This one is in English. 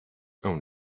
own